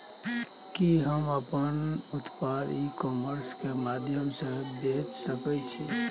कि हम अपन उत्पाद ई कॉमर्स के माध्यम से बेच सकै छी?